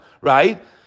right